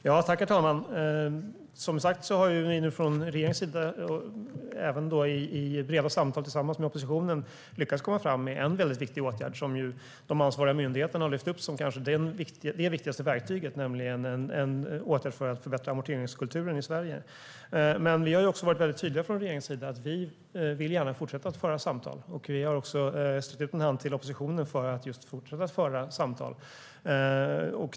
Herr talman! Regeringen har som sagt, i breda samtal med oppositionen, lyckats komma fram till en viktig åtgärd. De ansvariga myndigheterna har lyft upp den som det kanske viktigaste verktyget, nämligen en åtgärd för att förbättra amorteringskulturen i Sverige. Men regeringen har också varit tydlig med att vi gärna vill fortsätta föra samtal. Vi har också sträckt ut en hand till oppositionen för att fortsätta föra samtal.